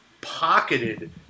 pocketed